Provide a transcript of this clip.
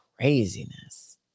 craziness